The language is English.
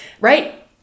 right